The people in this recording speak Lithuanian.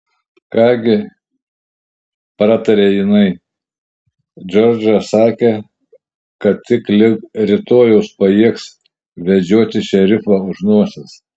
ką gi prataria jinai džordžą sakė kad tik lig rytojaus pajėgs vedžioti šerifą už nosies